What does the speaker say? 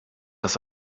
das